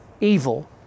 evil